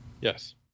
Yes